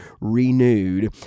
renewed